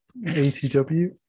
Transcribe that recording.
ATW